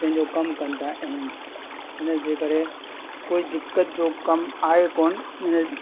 पंहिंजो कमु कंदा आहिनि हिन जे करे कोई दिक़त जो कमु आहे कोन इन